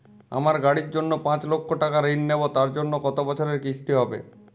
আমি গাড়ির জন্য পাঁচ লক্ষ টাকা ঋণ নেবো তার জন্য কতো বছরের কিস্তি হবে?